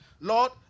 Lord